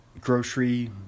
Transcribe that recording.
grocery